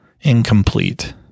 incomplete